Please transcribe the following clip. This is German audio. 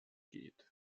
geht